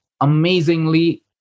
amazingly